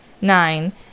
nine